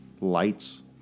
lights